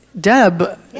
Deb